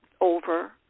over